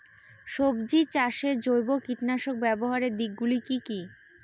সবজি চাষে জৈব কীটনাশক ব্যাবহারের দিক গুলি কি কী?